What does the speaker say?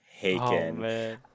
Haken